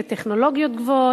לטכנולוגיות גבוהות.